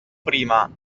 prima